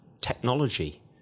technology